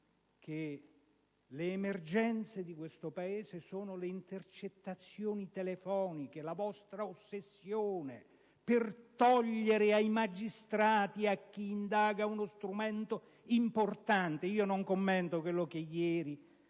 che l'emergenza di questo Paese sono le intercettazioni telefoniche: la vostra ossessione, per togliere ai magistrati e a chi indaga uno strumento importante! Non commento quello che ieri